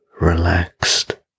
relaxed